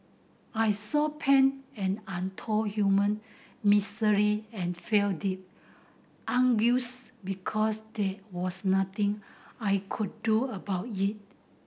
I saw pain and untold human misery and felt deep anguish because there was nothing I could do about it